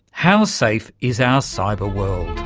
how safe is our cyber world?